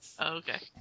Okay